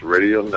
Radio